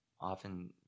often